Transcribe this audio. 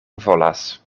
volas